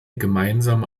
gemeinsame